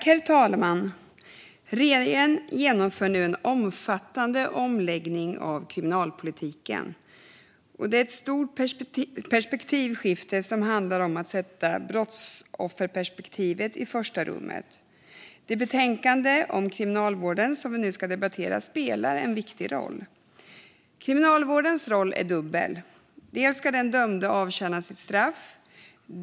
Herr talman! Regeringen genomför nu en omfattande omläggning av kriminalpolitiken. Det är ett stort perspektivskifte som handlar om att sätta brottsofferperspektivet i första rummet. Det betänkande om kriminalvården som vi nu debatterar spelar en viktig roll. Kriminalvårdens roll är dubbel. Dels ska den dömde avtjäna sitt straff.